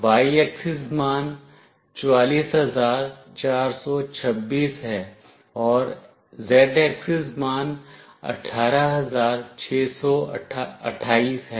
y axis मान 44426 है और z axis मान 18628 है